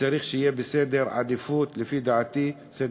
ולטעמי צריך שיהיה בסדר העדיפות הלאומי,